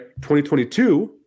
2022